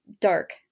dark